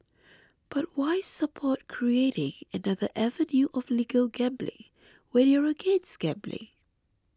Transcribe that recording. but why support creating another avenue of legal gambling when you're against gambling